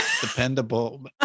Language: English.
Dependable